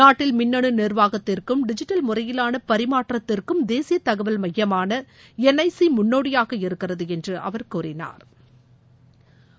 நாட்டில் மின்னு நிர்வாகத்திற்கும் டிஜிட்டல் முறையிலான பரிமாற்றத்திற்கும் தேசிய தகவல் மையமான என் ஐ சி முன்னோடியாக இருக்கிறது என்று அவர் கூறிணா்